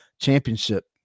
Championship